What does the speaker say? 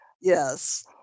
Yes